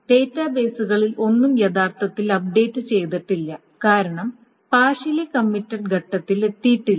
ഡാറ്റാബേസുകളിൽ ഒന്നും യഥാർത്ഥത്തിൽ അപ്ഡേറ്റ് ചെയ്തിട്ടില്ല കാരണം പാർഷ്യലി കമ്മിറ്റഡ് ഘട്ടത്തിൽ എത്തിയിട്ടില്ല